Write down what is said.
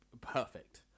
perfect